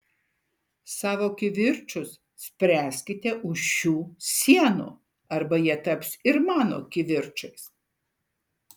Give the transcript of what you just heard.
savo kivirčus spręskite už šių sienų arba jie taps ir mano kivirčais